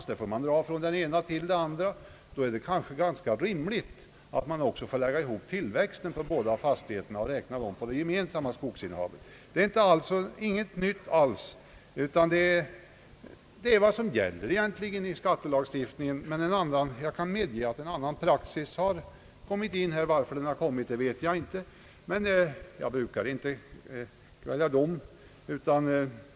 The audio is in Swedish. Då är det kanske ganska rimligt att man också får lägga ihop tillväxten på båda fastigheterna och räkna den på det gemensamma skogsinnehavet. Detta är inte alls någonting nytt, utan det är egentligen vad som gäller i skattelagstiftningen. Men jag kan medge att en annan praxis har börjat tillämpas. Varifrån den har kommit vet jag inte.